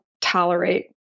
tolerate